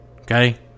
okay